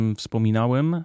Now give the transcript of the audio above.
wspominałem